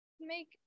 Make-